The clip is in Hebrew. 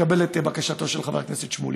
מקבל את בקשתו של חבר הכנסת שמולי.